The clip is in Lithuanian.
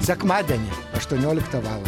sekmadienį aštuonioliktą valandą